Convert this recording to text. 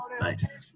nice